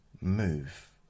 move